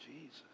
Jesus